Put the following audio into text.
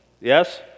yes